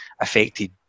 affected